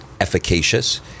efficacious